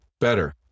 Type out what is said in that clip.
better